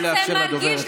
נא לאפשר לדוברת לדבר.